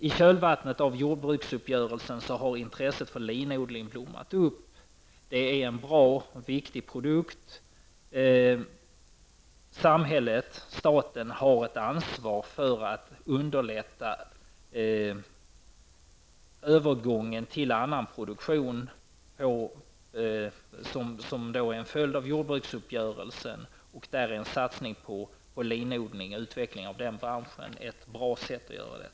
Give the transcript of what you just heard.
I kölvattnet av jordbruksuppgörelsen har intresset för linodling blommat upp. Lin är en bra och viktig produkt. Samhället, staten, har som en följd av jordbruksuppgörelsen ett ansvar för att underlätta övergången till annan produktion, och en satsning på linodling och en utveckling av den branschen är ett bra sätt att göra det.